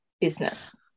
business